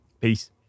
Peace